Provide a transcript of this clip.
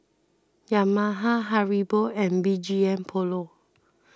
Yamaha Haribo and B G M Polo